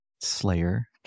Slayer